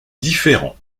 différent